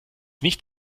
nicht